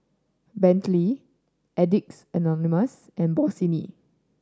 Bentley Addicts Anonymous and Bossini